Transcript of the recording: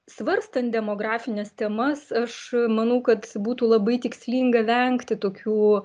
svarstant demografines temas aš manau kad būtų labai tikslinga vengti tokių